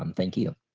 um thank you.